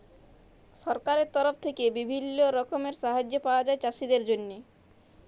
সরকারের তরফ থেক্যে বিভিল্য রকমের সাহায্য পায়া যায় চাষীদের জন্হে